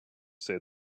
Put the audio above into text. say